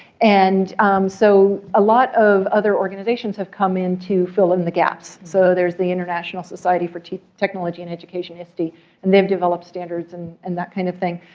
and so a lot of other organizations have come in to fill in the gaps. so there's the international society for technology in education, esty and they've developed standards and and that kind of thing.